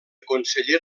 conseller